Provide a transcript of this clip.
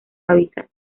hábitat